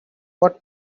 what